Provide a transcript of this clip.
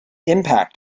impact